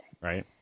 Right